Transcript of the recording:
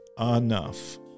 enough